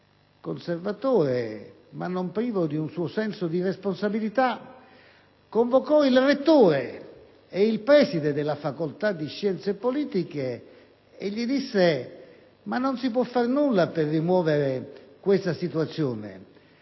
conservatore ma non privo di un suo senso di responsabilità, convocò il rettore e il preside della facoltà di scienze politiche e gli chiese se non si poteva far nulla per rimuovere questa situazione.